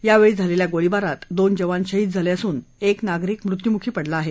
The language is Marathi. या वेळी झालेल्या गोळीबारात दोन जवान शहीद झाले असून एक नागरिक मृत्युमुखी पडला आहे